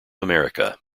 america